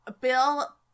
Bill